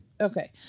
Okay